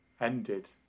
ended